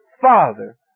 father